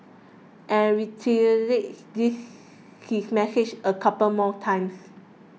and this his message a couple more times